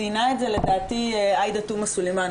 ציינה את זה עאידה תומא סלימאן.